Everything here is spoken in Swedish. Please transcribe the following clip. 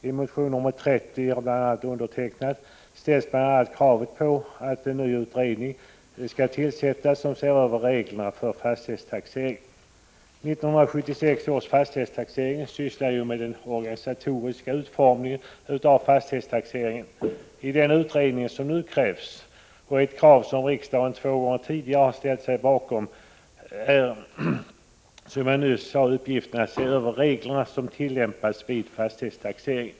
I motion nr 30 av bl.a. mig ställs exempelvis kravet på att en ny utredning som ser över reglerna för fastighetstaxeringen skall tillsättas. 1976 års fastighetsutredning sysslade med den organisatoriska utformningen av fastighetstaxeringen. I den utredning som nu begärts reses, som jag nyss sade, krav på att se över reglerna som tillämpas vid fastighetstaxeringen — ett krav som riksdagen två gånger tidigare har ställt sig bakom.